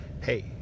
hey